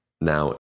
Now